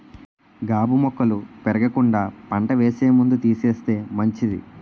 గాబు మొక్కలు పెరగకుండా పంట వేసే ముందు తీసేస్తే మంచిది